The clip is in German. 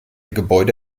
gebäude